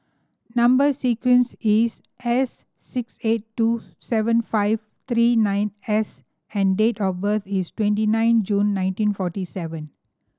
number sequence is S six eight two seven five three nine S and date of birth is twenty nine June nineteen forty seven